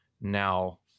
now